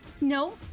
No